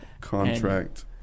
Contract